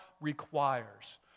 requires